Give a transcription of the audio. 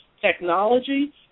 technology